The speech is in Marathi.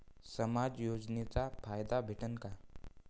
समाज योजनेचा फायदा भेटन का?